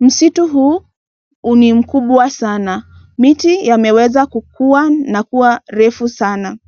Msitu huu ni mkubwa sana, miti yameweza kukuwa, na kuwa refu sana.